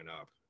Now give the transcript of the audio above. up